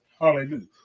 hallelujah